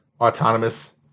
autonomous